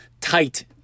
tight